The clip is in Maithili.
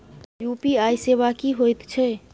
यु.पी.आई सेवा की होयत छै?